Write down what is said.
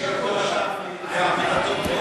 מישיבתו שם לעמידתו פה?